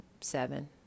seven